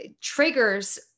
triggers